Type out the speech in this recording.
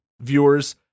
viewers